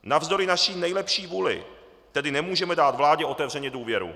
Navzdory naší nejlepší vůli tedy nemůžeme dát vládě otevřeně důvěru.